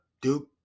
Duke